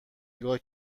نگاه